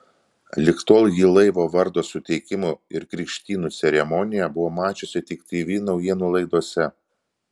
lig tol ji laivo vardo suteikimo ir krikštynų ceremoniją buvo mačiusi tik tv naujienų laidose